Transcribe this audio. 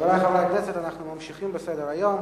חברי חברי הכנסת, אנחנו ממשיכים בסדר-היום: